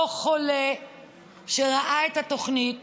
אותו חולה שראה את התוכנית